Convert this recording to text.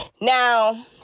Now